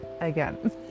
again